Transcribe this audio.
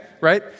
right